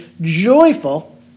joyful